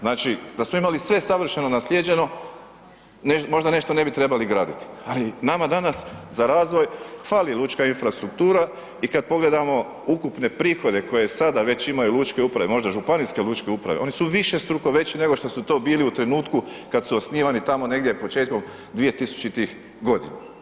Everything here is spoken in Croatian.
Znači, da smo imali sve savršeno naslijeđeno, možda nešto ne bi trebali graditi, ali nama, danas, za razvoj fali lučka infrastruktura i kada pogledamo ukupne prihode koje sada već imaju lučke uprave, možda županijske lučke uprave, oni su višestruko veći nego što su to bili u trenutku kada su osnivani tamo negdje početkom 2000 godina.